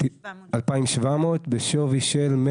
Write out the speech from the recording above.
2,700. 2,700 בשווי של?